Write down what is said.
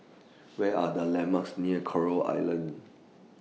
Where Are The landmarks near Coral Island